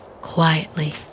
quietly